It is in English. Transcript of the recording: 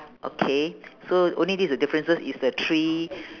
okay so only this is the differences is the three